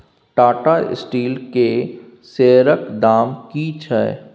Tata Steel केर शेयरक दाम की छै?